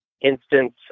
instance